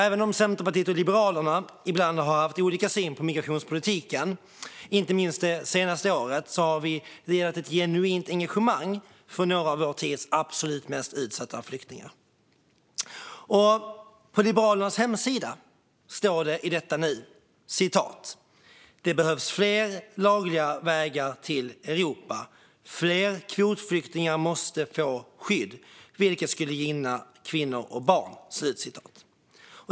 Även om Centerpartiet och Liberalerna ibland har haft olika syn på migrationspolitiken - inte minst det senaste året - har vi delat ett genuint engagemang för några av vår tids absolut mest utsatta flyktingar. På Liberalernas hemsida står det i detta nu: "Det behövs fler lagliga vägar till Europa. Fler kvotflyktingar måste få skydd, vilket skulle gynna kvinnor och barn."